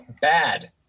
bad